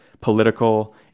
political